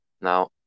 Now